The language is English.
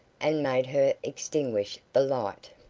and made her extinguish the light.